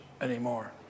anymore